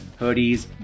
hoodies